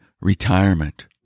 retirement